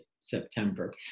September